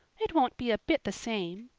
it won't be a bit the same.